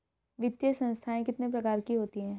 वित्तीय संस्थाएं कितने प्रकार की होती हैं?